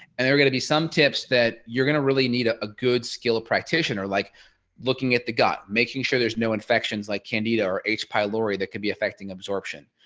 and there's gonna be some tips that you're going to really need ah a good skill a practitioner like looking at the gut. making sure there's no infections like candida or h pylori that could be affecting absorption.